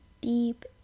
deep